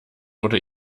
oder